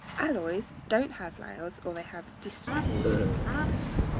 alloys don't have layers, or they have distorted layers.